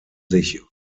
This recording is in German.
sich